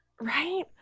Right